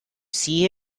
see